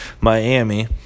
Miami